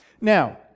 Now